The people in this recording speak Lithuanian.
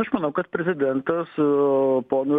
aš manau kad prezidentas su ponu